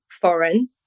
foreign